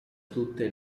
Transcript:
tutte